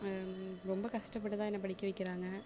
ரொம்ப கஷ்டப்பட்டு தான் என்ன படிக்க வைக்கிறாங்க